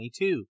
2022